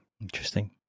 Interesting